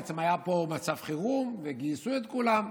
בעצם היה פה מצב חירום וגייסו את כולם,